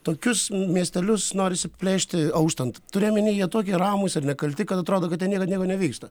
tokius miestelius norisi plėšti auštant turiu omeny jie tokie ramūs ir nekalti kad atrodo kad ten niekad nieko nevyksta